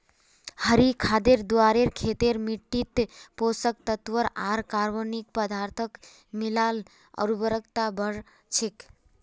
हरी खादेर द्वारे खेतेर मिट्टित पोषक तत्त्व आर कार्बनिक पदार्थक मिला ल उर्वरता बढ़ छेक